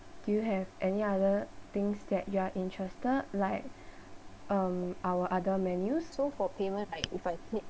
do you have any other things that you're interested like um our other menus